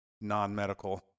non-medical